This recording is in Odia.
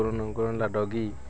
ଡଗି